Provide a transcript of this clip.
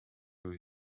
with